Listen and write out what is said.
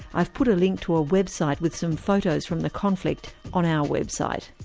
i've put a link to a website with some photos from the conflict on our website.